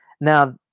Now